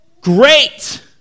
Great